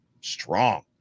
strong